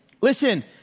Listen